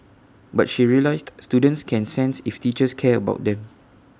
but she realised students can sense if teachers care about them